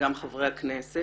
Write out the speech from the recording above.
גם באוזני חברים הכנסת.